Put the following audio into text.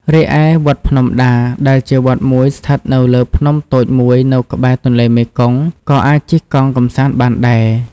រីឯ វត្តភ្នំដា ដែលជាវត្តមួយស្ថិតនៅលើភ្នំតូចមួយនៅក្បែរទន្លេមេគង្គក៏អាចជិះកង់កម្សាន្តបានដែរ។